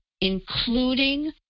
including